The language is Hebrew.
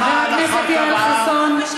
והדבר החשוב ביותר.